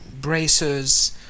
braces